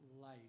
life